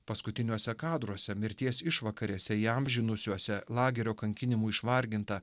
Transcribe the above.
paskutiniuose kadruose mirties išvakarėse įamžinusiuose lagerio kankinimų išvargintą